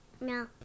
No